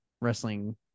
wrestling